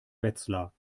wetzlar